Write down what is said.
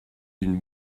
d’une